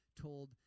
told